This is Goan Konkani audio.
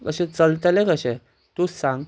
अशें चलतलें कशें तूंच सांग